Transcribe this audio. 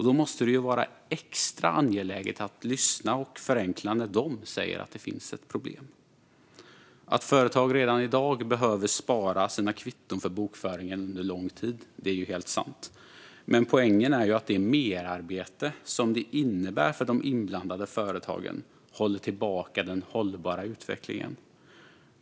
Det måste väl vara extra angeläget att lyssna och förenkla när de säger att det finns ett problem. Att företag redan i dag behöver spara sina kvitton för bokföringen under lång tid är helt sant. Men poängen är att det merarbete som det innebär för de inblandade företagen håller tillbaka den hållbara utvecklingen.